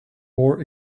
more